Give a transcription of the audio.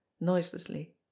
noiselessly